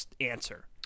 answer